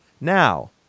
Now